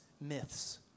myths